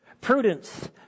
Prudence